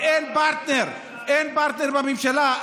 ואין פרטנר, אין פרטנר בממשלה.